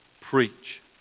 Preach